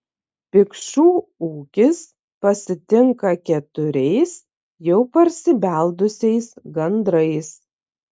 pikšų ūkis pasitinka keturiais jau parsibeldusiais gandrais